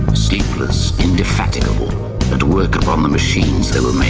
sleepless, indefatigable, at work upon the machines they were